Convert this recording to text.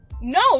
No